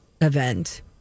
event